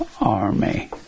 army